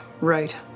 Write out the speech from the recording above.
right